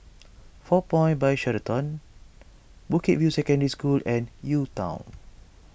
four Points By Sheraton Bukit View Secondary School and UTown